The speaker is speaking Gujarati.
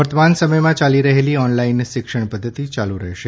વર્તમાન સમયમાં ચાલી રહેલી ઓનલાઇન શિક્ષણ પદ્ધતિ ચાલુ રહેશે